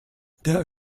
der